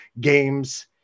games